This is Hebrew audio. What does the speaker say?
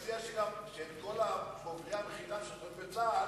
אני מציע שאת כל בוגרי המכינה ששירתו בצה"ל,